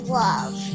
love